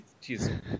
Jesus